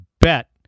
bet